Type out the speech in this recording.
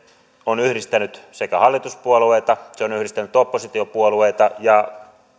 on yhdistänyt hallituspuolueita se on yhdistänyt oppositiopuolueita ja